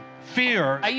fear